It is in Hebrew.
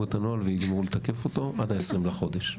את הנוהל ויגמרו לתקף אותו עד ה-20 בחודש.